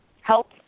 help